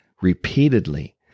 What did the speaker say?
repeatedly